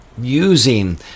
Using